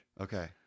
okay